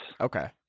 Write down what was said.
Okay